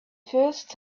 first